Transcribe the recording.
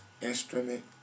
instrument